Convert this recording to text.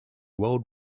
world